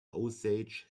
osage